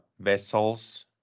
vessels